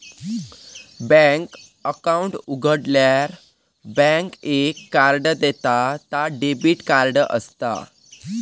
bank account उघाडल्यार bank एक card देता ता डेबिट कार्ड असता